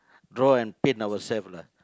draw and paint our self lah